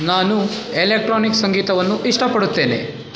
ನಾನು ಎಲೆಕ್ಟ್ರಾನಿಕ್ ಸಂಗೀತವನ್ನು ಇಷ್ಟಪಡುತ್ತೇನೆ